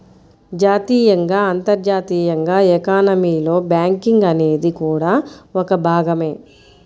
జాతీయంగా, అంతర్జాతీయంగా ఎకానమీలో బ్యాంకింగ్ అనేది కూడా ఒక భాగమే